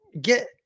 get